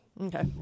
Okay